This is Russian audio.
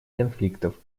конфликтов